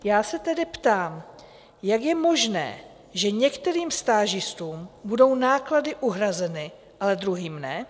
Já se tedy ptám, jak je možné, že některým stážistům budou náklady uhrazeny a druhým ne?